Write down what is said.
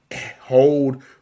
hold